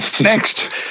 next